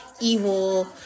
evil